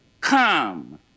Come